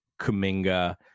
Kuminga